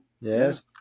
Yes